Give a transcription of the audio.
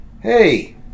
Hey